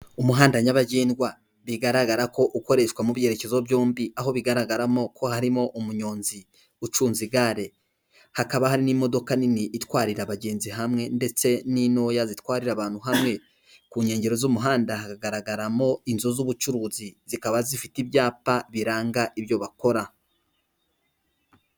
Umuhanda nyabagendwa bigaragara ko ukoreshwa mu byerekezo byombi, aho bigaragaramo ko harimo umunyonzi ucunze igare, hakaba hari n'imodoka nini itwarira abagenzi hamwe ndetse n'intoya zitwarira abantu hamwe, ku nkengero z'umuhanda hagaragaramo inzu z'ubucuruzi zikaba zifite ibyapa biranga ibyo bakora.